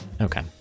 Okay